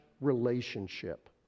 relationship